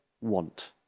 want